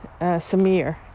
Samir